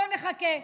בואו נחכה.